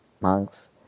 monks